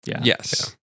Yes